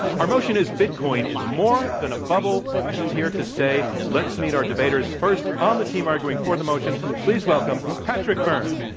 our motion is bitcoin is more than a bubble and is here to stay. let's meet our debaters. first, on the team arguing for the motion please welcome patrick byrne.